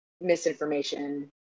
misinformation